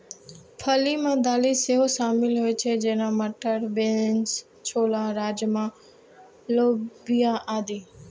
फली मे दालि सेहो शामिल होइ छै, जेना, मटर, बीन्स, छोला, राजमा, लोबिया आदि